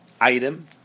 item